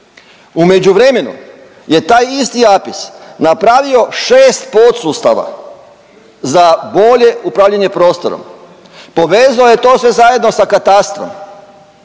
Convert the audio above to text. U međuvremenu je taj isti APIS napravio 6 podsustava za bolje upravljanje prostorom. Povezao je to sve zajedno sa katastrom